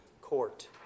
Court